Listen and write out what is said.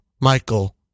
Michael